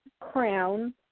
crown